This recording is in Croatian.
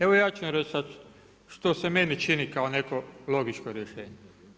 Evo ja ću vam reći sad što se meni čini kao neko logičko rješenje.